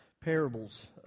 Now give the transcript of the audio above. parables